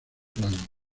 plan